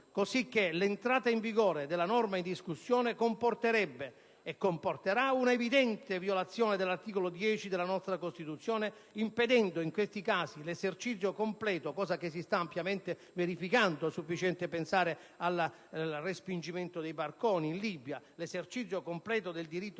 così che l'entrata in vigore della norma in discussione comporterebbe, e comporterà, una evidente violazione dell'articolo 10 della nostra Costituzione, impedendo in questi casi completamente - come si sta ampiamente verificando: è sufficiente pensare al respingimento dei barconi in Libia - 1'esercizio del diritto